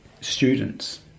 students